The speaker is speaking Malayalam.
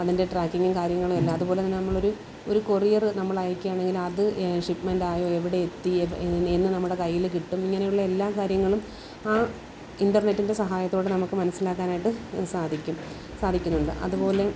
അതിൻ്റെ ട്രാക്കിങ്ങും കാര്യങ്ങളും എല്ലാം അതുപോലെ തന്നെ നമ്മൾ ഒരു ഒരു കൊറിയറ് നമ്മൾ അയക്കുക ആണെങ്കിൽ അത് ഷിപ്മെൻ്റ് ആയോ എവിടെ എത്തി എന്ന് നമ്മുടെ കൈയ്യിൽ കിട്ടും ഇങ്ങനെയുള്ള എല്ലാ കാര്യങ്ങളും ഇൻറ്റർനെറ്റിൻ്റെ സഹായത്തോടെ നമുക്ക് മനസിലാക്കാനാട്ട് സാധിക്കും സാധിക്കുന്നുണ്ട് അതുപോലെ